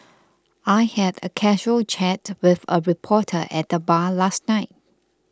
I had a casual chat with a reporter at the bar last night